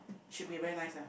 should be very nice ah